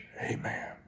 Amen